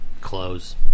close